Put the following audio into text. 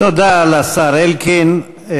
תודה לשר אלקין.